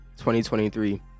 2023